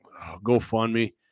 GoFundMe